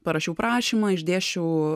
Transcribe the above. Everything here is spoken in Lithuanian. parašiau prašymą išdėsčiau